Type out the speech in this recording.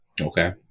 Okay